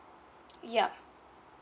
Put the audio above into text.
yeah